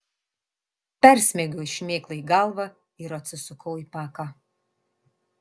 persmeigiau šmėklai galvą ir atsisukau į paką